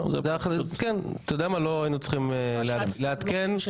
לא היינו צריכים לעדכן.